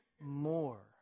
more